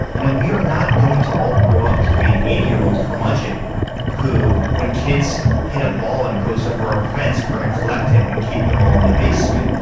you know we are not going to all grow up to be an eighty year old curmudgeon who when kids hit a ball and it goes over a fence we're going to collect it and keep them all in the basement.